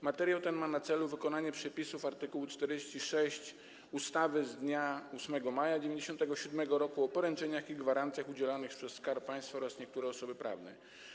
Materiał ten ma na celu wykonanie przepisów art. 46 ustawy z dnia 8 maja 1997 r. o poręczeniach i gwarancjach udzielanych przez Skarb Państwa oraz niektóre osoby prawne.